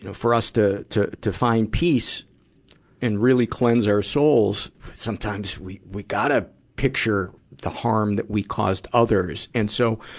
you know for us to, to to find peace and really cleanse our souls, sometimes we we gotta picture the harm that we caused others. and so,